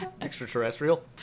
Extraterrestrial